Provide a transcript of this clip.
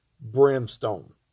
brimstone